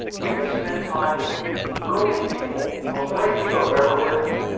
we can spend time with brilliant people, the most brilliant people who have ever lived.